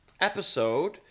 episode